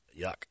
Yuck